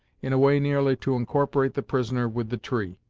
in a way nearly to incorporate the prisoner with the tree.